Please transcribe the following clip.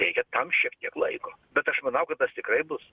reikia tam šiek tiek laiko bet aš manau kad tas tikrai bus